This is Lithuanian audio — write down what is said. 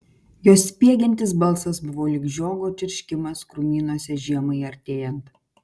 jos spiegiantis balsas buvo lyg žiogo čirškimas krūmynuose žiemai artėjant